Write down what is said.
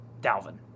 Dalvin